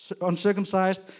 uncircumcised